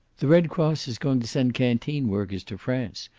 the red cross is going to send canteen workers to france.